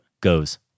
goes